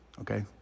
okay